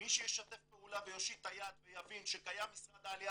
מי שישתף פעולה ויושיט את היד ויבין שקיים משרד העלייה